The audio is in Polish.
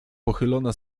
pochylona